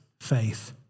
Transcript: faith